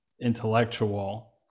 intellectual